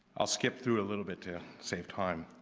i'll skip through a little bit to save time.